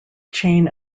chain